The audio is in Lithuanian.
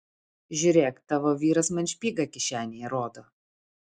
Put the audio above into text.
žiūrėk tavo vyras man špygą kišenėje rodo